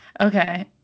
okay